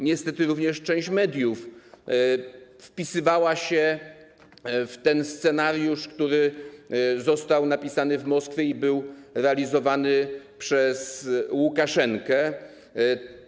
Niestety również część mediów wpisywała się w ten scenariusz, który został napisany w Moskwie i był realizowany przez Łukaszenkę.